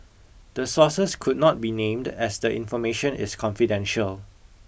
the sources could not be named as the information is confidential